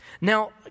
Now